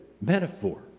metaphor